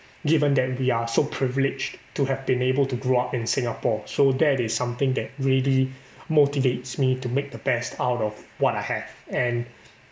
given that we are so privileged to have been able to grow up in Singapore so that is something that really motivates me to make the best out of what I have and